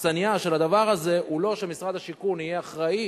האכסניה של הדבר הזה היא לא שמשרד השיכון יהיה אחראי